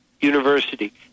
university